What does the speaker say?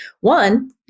one